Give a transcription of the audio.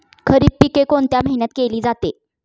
खरीप पिके कोणत्या महिन्यात केली जाते?